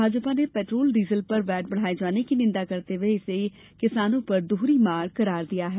भाजपा ने petrol diesel पर VAT बढ़ाये जाने की निंदा करते हुए इसे किसानों पर दोहरी मार करार दिया है